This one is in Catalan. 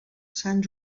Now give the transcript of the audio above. sant